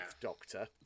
Doctor